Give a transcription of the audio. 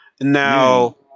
Now